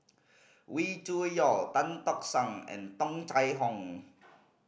Wee Cho Yaw Tan Tock San and Tung Chye Hong